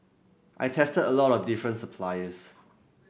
I tested a lot of different suppliers